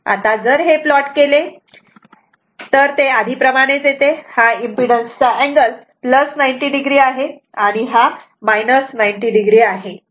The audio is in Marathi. आता जर हे प्लॉट केले तर ते आधी प्रमाणेच येते हा इम्पीडन्स चा अँगल 90 o आहे आणि हा 90o आहे